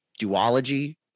duology